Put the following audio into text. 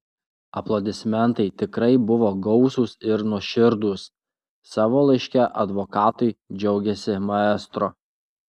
aplodismentai tikrai buvo gausūs ir nuoširdūs savo laiške advokatui džiaugėsi maestro